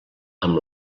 amb